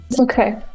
okay